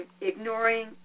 ignoring